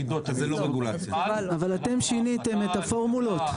אבל אתם שיניתם את הפורמולות.